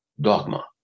dogma